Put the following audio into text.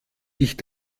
dich